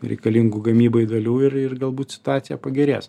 reikalingų gamybai dalių ir ir galbūt situacija pagerės